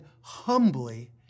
humbly